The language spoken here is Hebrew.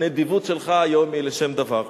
הנדיבות שלך היום היא לשם דבר.